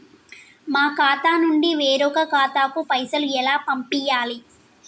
మా ఖాతా నుండి వేరొక ఖాతాకు పైసలు ఎలా పంపియ్యాలి?